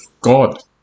god